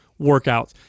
workouts